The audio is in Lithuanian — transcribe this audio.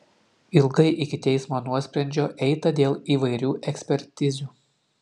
ilgai iki teismo nuosprendžio eita dėl įvairių ekspertizių